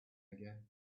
again